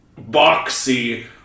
boxy